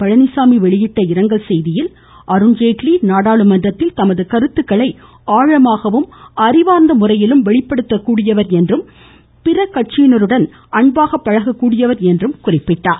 பழனிச்சாமி வெளியிட்டுள்ள இரங்கல் செய்கியில் அருண்ஜேட்லி நாடாளுமன்றத்தில் தமது கருத்துக்களை ஆழமாகவும் அறிவார்ந்த முறையிலும் வெளிப்படுத்தியவர் என்றும் பிற கட்சியினருடனும் அன்பாக பழகக் கூடியவர் என்றும் கூறினார்